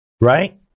right